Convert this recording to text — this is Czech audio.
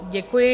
Děkuji.